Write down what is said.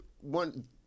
one